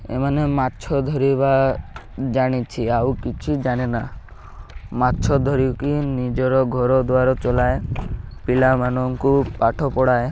ଏମାନେ ମାଛ ଧରିବା ଜାଣିଛି ଆଉ କିଛି ଜାଣେନା ମାଛ ଧରିକି ନିଜର ଘରଦ୍ୱାର ଚଲାଏ ପିଲାମାନଙ୍କୁ ପାଠ ପଢ଼ାଏ